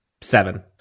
Seven